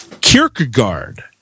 Kierkegaard